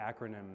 acronym